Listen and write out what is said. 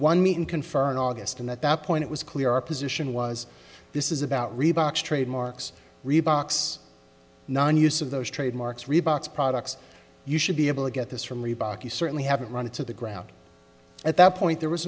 one meeting confirmed in august and at that point it was clear our position was this is about reeboks trademarks reeboks nonuse of those trademarks reeboks products you should be able to get this from reebok you certainly haven't run into the ground at that point there was